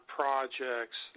projects